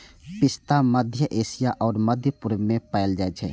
पिस्ता मध्य एशिया आ मध्य पूर्व मे पाएल जाइ छै